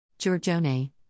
Giorgione